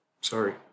Sorry